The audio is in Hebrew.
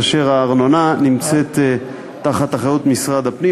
באשר הארנונה נמצאת תחת אחריות משרד הפנים,